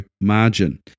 margin